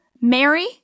Mary